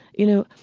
you know,